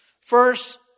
First